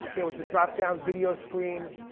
there was a drop down video screen.